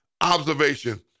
observation